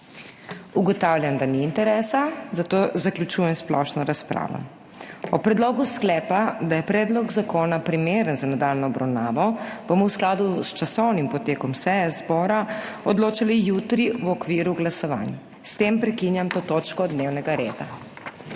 Ugotavljam, da ni interesa, zato zaključujem splošno razpravo. O predlogu sklepa, da je predlog zakona primeren za nadaljnjo obravnavo, bomo v skladu s časovnim potekom seje zbora odločali jutri v okviru glasovanj. S tem prekinjam to točko dnevnega reda.